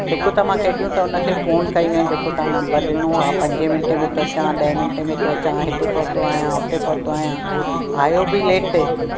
हिकु त मां केॾो त हुन खे फ़ोन कया आहिनि जेको तां नम्बर ॾिनो आहे पंज मिंट में थो अचां ॾह मिंट में थो अचां हिते पहुतो आहियां उते पहुतो आहियां आयो बि लेट